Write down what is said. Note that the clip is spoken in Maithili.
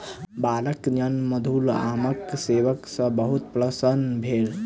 बालकगण मधुर आमक सेवन सॅ बहुत प्रसन्न भेल